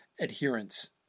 adherence